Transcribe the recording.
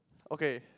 okay